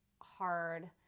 hard